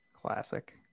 Classic